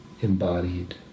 embodied